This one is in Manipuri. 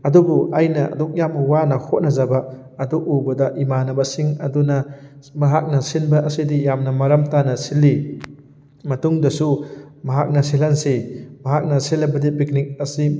ꯑꯗꯨꯕꯨ ꯑꯩꯅ ꯑꯗꯨꯛ ꯌꯥꯝ ꯋꯥꯅ ꯍꯣꯠꯅꯖꯕ ꯑꯗꯨ ꯎꯕꯗ ꯏꯃꯥꯟꯅꯕꯁꯤꯡ ꯑꯗꯨꯅ ꯃꯍꯥꯛꯅ ꯁꯤꯟꯕ ꯑꯁꯤꯗꯤ ꯌꯥꯝꯅ ꯃꯔꯝ ꯇꯥꯅ ꯁꯤꯜꯂꯤ ꯃꯇꯨꯡꯗꯁꯨ ꯃꯍꯥꯛꯅ ꯁꯤꯜꯍꯟꯁꯤ ꯃꯍꯥꯛꯅ ꯁꯤꯜꯂꯕꯗꯤ ꯄꯤꯛꯅꯤꯛ ꯑꯁꯤ